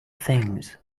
things